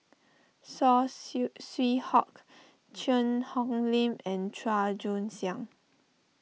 Saw Swee Hock Cheang Hong Lim and Chua Joon Siang